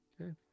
Okay